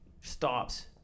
stops